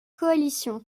coalition